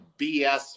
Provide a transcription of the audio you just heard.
BS